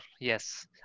yes